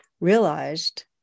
realized